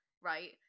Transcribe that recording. right